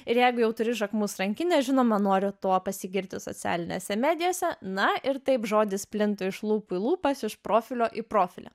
ir jeigu jau turi žakmus rankinę žinoma nori tuo pasigirti socialinėse medijose na ir taip žodis plinta iš lūpų į lūpas iš profilio į profilį